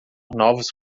novos